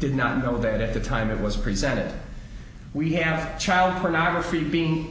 did not know that at the time it was presented we have child pornography being